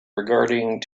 regarding